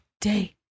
day